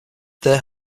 there